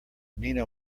nina